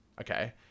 okay